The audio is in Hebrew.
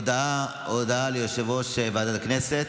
הודעה ליושב-ראש ועדת הכנסת.